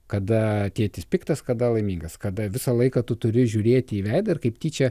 kada tėtis piktas kada laimingas kada visą laiką tu turi žiūrėti į veidą ir kaip tyčia